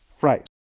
Right